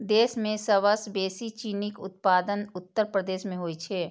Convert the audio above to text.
देश मे सबसं बेसी चीनीक उत्पादन उत्तर प्रदेश मे होइ छै